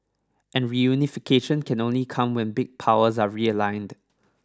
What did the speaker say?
and reunification can only come when big powers are realigned